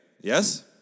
Yes